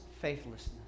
faithlessness